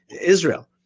Israel